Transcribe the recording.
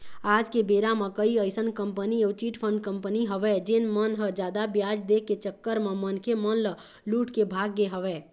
आज के बेरा म कई अइसन कंपनी अउ चिटफंड कंपनी हवय जेन मन ह जादा बियाज दे के चक्कर म मनखे मन ल लूट के भाग गे हवय